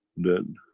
then